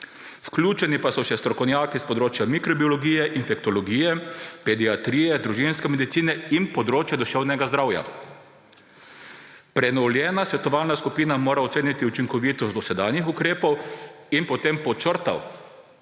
vključeni pa so še strokovnjaki s področja mikrobiologije, infektologije, pediatrije, družinske medicine in področja duševnega zdravja. Prenovljena svetovalna skupina mora oceniti učinkovitost dosedanjih ukrepov. In potem podčrtal,